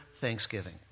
thanksgiving